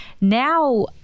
Now